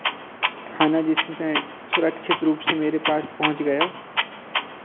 खाना जिसमें से सुरक्षित रूप से मेरे पास पहुँच गया